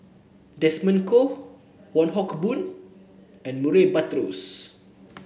Desmond Kon Wong Hock Boon and Murray Buttrose